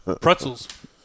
Pretzels